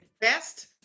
best